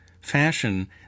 fashion